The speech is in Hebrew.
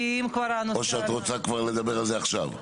או שאת רוצה כבר לדבר על זה עכשיו?